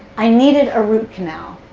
i needed a root canal.